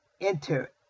enter